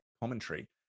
commentary